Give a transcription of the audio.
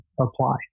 apply